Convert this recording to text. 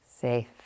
Safe